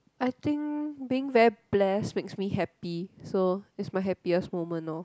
I think being very blessed makes me happy so is my most happiest moment lor